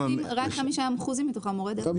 רק 5% מתוכם מורי דרך.